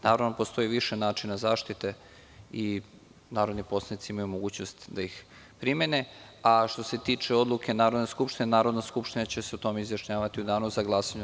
Naravno, postoji više načina zaštite i narodni poslanici imaju mogućnost da ih primene, a što se tiče odluke Narodne skupštine, Narodna skupština će se o tome izjašnjavati u danu za glasanje.